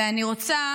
ואני רוצה